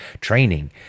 training